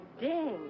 ding